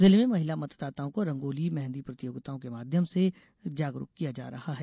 जिले में महिला मतदाताओं को रंगोली मेहंदी प्रतियोगिताओं के माध्यम से जागरूक किया जा रहा है